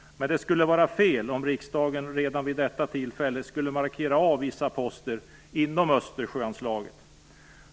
Men det skulle vara fel om riksdagen redan vid detta tillfälle skulle markera av vissa poster inom Östersjöanslaget.